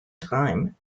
time